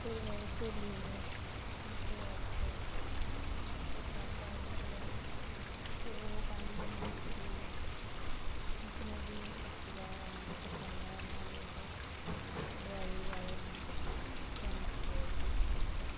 ਫਿਰ ਮੇਰੀ ਸਹੇਲੀ ਨੇ ਮੀਸ਼ੋ ਐਪ ਤੋਂ ਇੱਕ ਸਰਟ ਓਡਰ ਕਰਵਾਈ ਅਤੇ ਉਹ ਪੰਜ ਦਿਨਾਂ ਵਿੱਚ ਦੇ ਗਿਆ ਉਸ ਨੂੰ ਵੀ ਉਸਦਾ ਰੰਗ ਪਸੰਦ ਆਇਆ ਨਾਲੇ ਉਹ ਡਿਰੈਵਰੀ ਵਾਲੇ ਨੂੰ ਥੈਂਕਸ ਬੋਲ ਦ ਦਿੱਤਾ